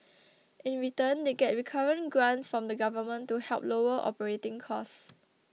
in return they get recurrent grants from the Government to help lower operating costs